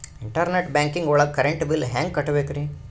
Internet banking ಒಳಗ್ current bill ಹೆಂಗ್ ಕಟ್ಟ್ ಬೇಕ್ರಿ?